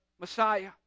Messiah